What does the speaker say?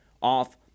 off